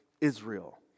Israel